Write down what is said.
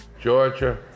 Georgia